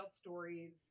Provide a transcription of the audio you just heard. stories